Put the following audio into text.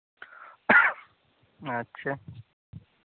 अच्छा